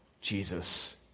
Jesus